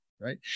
Right